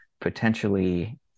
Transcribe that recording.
potentially